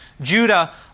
Judah